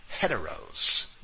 heteros